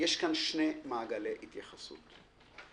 שני מעגלי התייחסות.